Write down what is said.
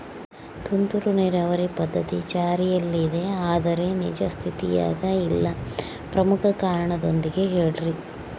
ತುಂತುರು ನೇರಾವರಿ ಪದ್ಧತಿ ಜಾರಿಯಲ್ಲಿದೆ ಆದರೆ ನಿಜ ಸ್ಥಿತಿಯಾಗ ಇಲ್ಲ ಪ್ರಮುಖ ಕಾರಣದೊಂದಿಗೆ ಹೇಳ್ರಿ?